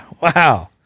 wow